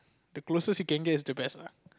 the closest it can gets it's the best ah